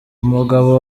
umugabo